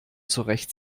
zurecht